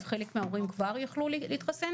אז חלק מההורים כבר יכלו להתחסן.